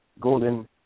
Golden